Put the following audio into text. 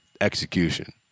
execution